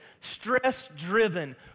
stress-driven